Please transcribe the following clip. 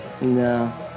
No